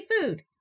food